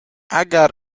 اگر